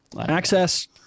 Access